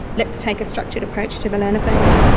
let's take a structured approach to the learner phase'.